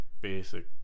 basic